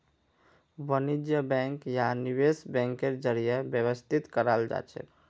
वाणिज्य बैंक या निवेश बैंकेर जरीए व्यवस्थित कराल जाछेक